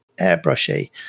airbrushy